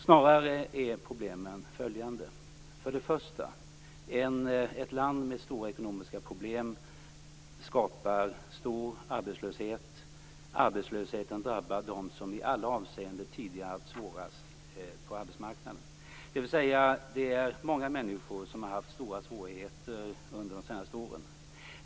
Snarare är problemen följande: Först och främst skapar ett land med stora ekonomiska problem stor arbetslöshet. Arbetslösheten drabbar dem som i alla avseenden tidigare har haft det svårast på arbetsmarknaden. Det är alltså många människor som har haft stora svårigheter under de senaste åren.